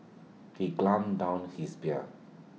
he gulped down his beer